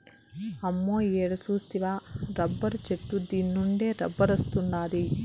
అమ్మో ఈడ సూస్తివా రబ్బరు చెట్టు దీన్నుండే రబ్బరొస్తాండాది